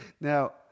Now